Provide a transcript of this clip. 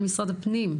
על משרד הפנים,